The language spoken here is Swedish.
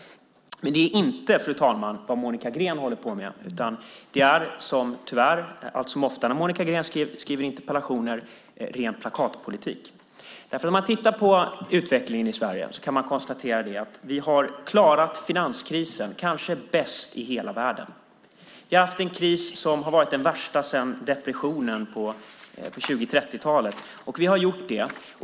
Det är inte vad Monica Green håller på med. Det är tyvärr som alltför ofta när Monica Green skriver interpellationer ren plakatpolitik. När man tittar på utvecklingen i Sverige kan man konstatera att vi har klarat finanskrisen kanske bäst i hela världen. Vi har haft en kris som har varit den värsta sedan depressionen på 20 och 30-talet.